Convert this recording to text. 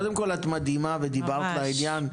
קודם כל, את מדהימה ודיברת לעניין.